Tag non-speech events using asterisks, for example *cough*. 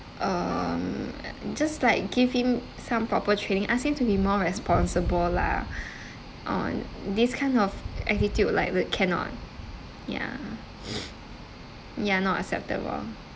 um just like give him some proper training ask him to be more responsible lah *breath* uh this kind of attitude like that cannot *breath* ya ya not acceptable